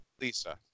Lisa